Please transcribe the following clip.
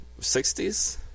60s